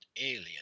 alien